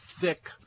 thick